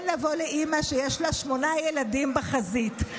לאימא שיש לה שמונה ילדים בחזית,